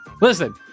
listen